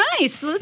nice